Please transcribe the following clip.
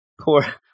poor